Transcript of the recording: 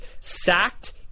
sacked –